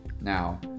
now